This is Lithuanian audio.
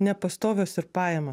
nepastovios ir pajamos